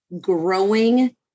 growing